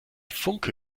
funke